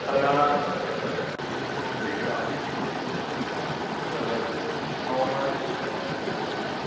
अन मूंखे graphic designing करिणी आहे त ऐं मां सूरत में रहंदो आहियां